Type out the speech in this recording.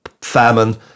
famine